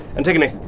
antigone,